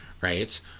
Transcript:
right